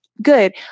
Good